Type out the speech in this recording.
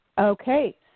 Okay